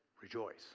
rejoice